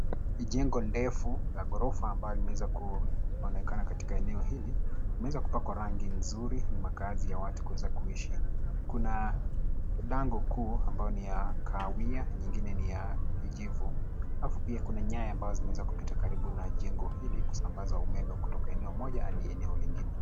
Ni jengo ndefu la ghorafa ambalo limeweza kuonekana katika eneo hili, imeweza kupakwa rangi nzuri ni makaazi ya watu kuweza kuishi. Kuna lango kuu ambayo ni ya kahawia nyingine ni ya kijivu halafu pia kuna nyaya ambazo zimeweza kupita karibu na jengo hili kusambaza umeme kutoka eneo moja hadi lingine.